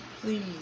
please